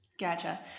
Gotcha